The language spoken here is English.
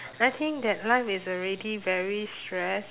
I think that life is already very stress